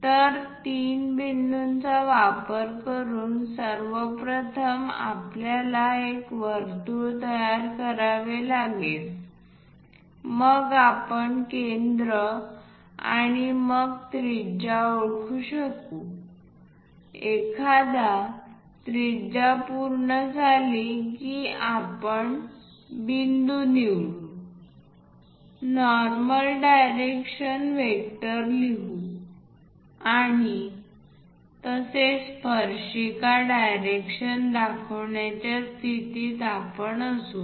तर तीन बिंदूंचा वापर करून सर्वप्रथम आपल्याला एक वर्तुळ तयार करावे लागेल मग आपण केंद्र आणि मग त्रिज्या ओळखू शकू एकदा त्रिज्या पूर्ण झाली की आपण बिंदू निवडू नॉर्मल डायरेक्शन वेक्टर लिहू आणि तसेच स्पर्शिका डायरेक्शन दाखवण्याच्या स्थितीत आपण असू